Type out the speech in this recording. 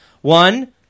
One